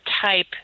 type